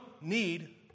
need